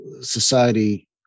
society